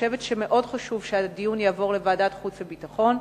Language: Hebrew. חושבת שמאוד חשוב שהדיון יעבור לוועדת החוץ והביטחון,